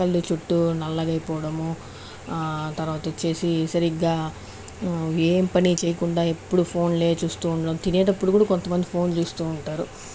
కళ్ళు చుట్టూ నల్లగా అయిపోవడము తర్వాత వచ్చేసి సరిగ్గా ఏం పని చేయకుండా ఎప్పుడు ఫోన్లే చూస్తు ఉండడం తినేటప్పుడు కూడా కొంతమంది ఫోన్ చూస్తూ ఉంటారు